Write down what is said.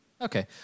Okay